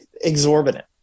exorbitant